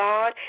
God